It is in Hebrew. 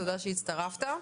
תודה שהצטרפת.